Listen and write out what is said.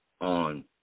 on